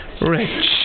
rich